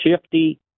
shifty